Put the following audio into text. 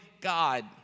God